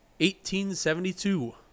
1872